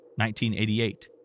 1988